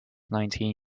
nineteen